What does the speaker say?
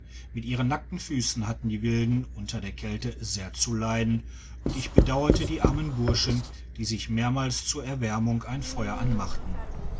mit ihren nackten füssen hatten die wilden unter der kalte sehr zu leiden und ich bedauerte die armen burschen die sich mehrmals zur erwärmung ein feuer anmachten